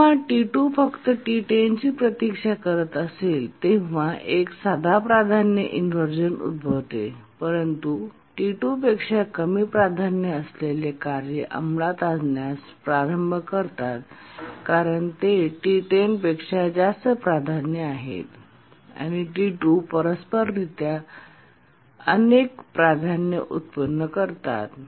जेव्हा T2 फक्त T10 ची प्रतीक्षा करत असेल तेव्हा एक साधा प्राधान्य इनव्हर्जन उद्भवते परंतु नंतर T2 पेक्षा कमी प्राधान्य असलेले कार्य अंमलात आणण्यास प्रारंभ करतात कारण ते T10 पेक्षा जास्त प्राधान्य आहेत आणि T2 परस्पर रित्या अनेक प्राधान्य व्युत्पन्न करतात